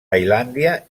tailàndia